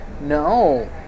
No